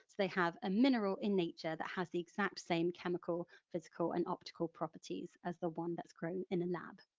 they have a mineral in nature that has the exact same chemical, physical and optical properties as the one that's grown in a lab.